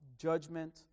judgment